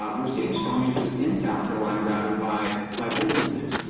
we're seeing strong interest in south carolina rather by by businesses.